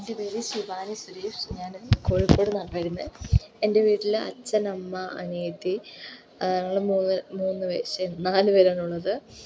എൻ്റെ പേര് ശിവാനി സുരേഷ് ഞാൻ കോഴിക്കോട് നിന്നാണ് വരുന്നത് എൻ്റെ വീട്ടിൽ അച്ഛൻ അമ്മ അനിയത്തി ഞങ്ങൾ മൂന്ന് പേര് മൂന്ന് പേർ ശ്ശെ നാലുപേരാണുള്ളത്